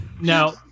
now